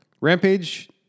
Rampage